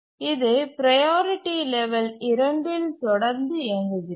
இது priority level 2 இல் தொடர்ந்து இயங்குகிறது